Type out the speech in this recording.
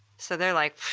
so they're like,